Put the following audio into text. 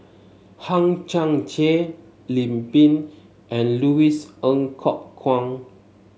Hang Chang Chieh Lim Pin and Louis Ng Kok Kwang